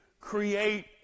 Create